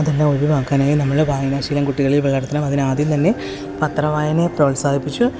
അതെല്ലാം ഒഴിവാക്കാനായി നമ്മള് വായനാശീലം കുട്ടികളിൽ വളർത്തണം അതിന് ആദ്യം തന്നെ പത്രവായനയെ പ്രോത്സാഹിപ്പിച്ച്